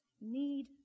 need